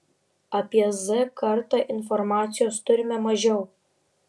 apie z kartą informacijos turime mažiau